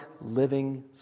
living